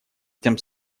этим